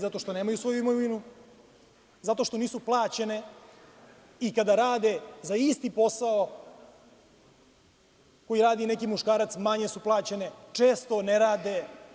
Zato što nemaju svoju imovinu, zato što nisu plaćene i kada rade za isti posao koji radi neki muškarac manje su plaćene, često ne rade.